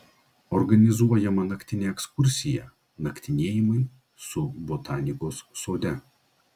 organizuojama naktinė ekskursija naktinėjimai su botanikos sode